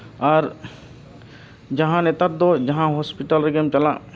ᱟᱨ ᱡᱟᱦᱟᱸ ᱱᱮᱛᱟᱨ ᱫᱚ ᱡᱟᱦᱟᱸ ᱦᱚᱥᱯᱤᱴᱟᱞ ᱨᱮᱜᱮᱢ ᱪᱟᱞᱟᱜ